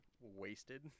wasted